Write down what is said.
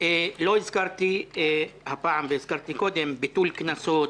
לא הזכרתי הפעם והזכרתי קודם את ביטול קנסות,